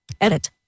Edit